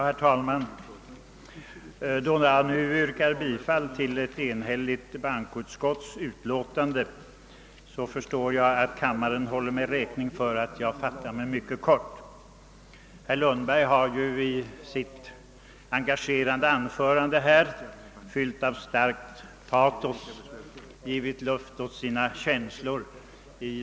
Herr talman! Då jag nu yrkar bifall till ett enhälligt bankoutskotts utlåtande förstår jag att kammarens ledamöter håller mig räkning för att jag fattar mig mycket kort. Herr Lundberg har i sitt mångordiga och engagerande anförande, fyllt av starkt patos, givit luft åt sina känslor.